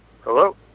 Hello